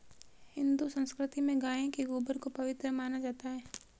हिंदू संस्कृति में गाय के गोबर को पवित्र माना जाता है